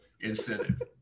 incentive